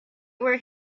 were